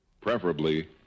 preferably